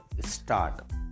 start